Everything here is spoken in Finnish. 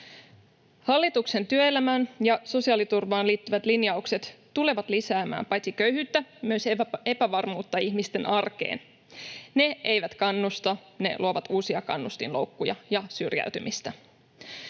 Hallituksen työelämään ja sosiaaliturvaan liittyvät linjaukset tulevat lisäämään paitsi köyhyyttä myös epävarmuutta ihmisten arkeen. Ne eivät kannusta, ne luovat uusia kannustinloukkuja ja syrjäytymistä.